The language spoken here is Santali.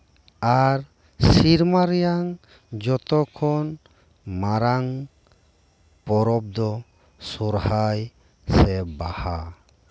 ᱟᱨ ᱥᱮᱨᱢᱟ ᱨᱮᱱᱟᱜ ᱡᱚᱛᱚ ᱠᱷᱚᱱ ᱢᱟᱨᱟᱝ ᱯᱚᱨᱚᱵᱽ ᱫᱚ ᱥᱚᱨᱦᱟᱭ ᱥᱮ ᱵᱟᱦᱟ